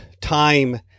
time